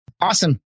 Awesome